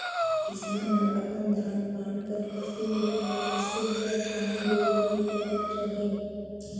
किसान मन अपन धान पान कर फसिल मन ल मिसे कर काम बेलना ले करत रहिन